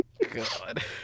God